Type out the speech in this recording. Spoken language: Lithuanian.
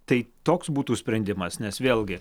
tai toks būtų sprendimas nes vėlgi